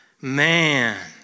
Man